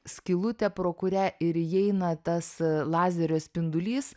skylutė pro kurią ir įeina tas lazerio spindulys